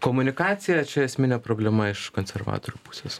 komunikacija čia esminė problema iš konservatorių pusės